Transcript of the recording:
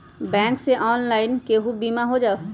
Bank से online केहु बिमा हो जाईलु?